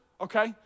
okay